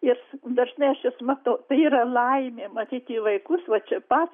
ir dažnai aš juos matau tai yra laimė matyti vaikus va čia pat